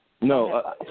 No